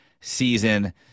season